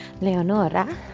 Leonora